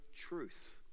truth